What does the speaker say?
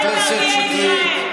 תתעסק בערביי ישראל.